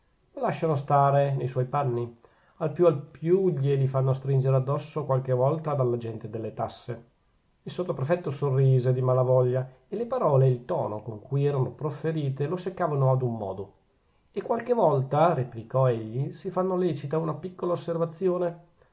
lasciano stare ne suoi panni al più al più glieli fanno stringere addosso qualche volta dall'agente delle tasse il sottoprefetto sorrise di mala voglia e le parole e il tono con cui erano profferite lo seccavano ad un modo e qualche volta replicò egli si fanno lecita una piccola osservazione